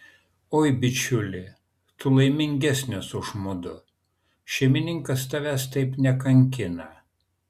oi bičiuli tu laimingesnis už mudu šeimininkas tavęs taip nekankina